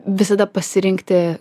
visada pasirinkti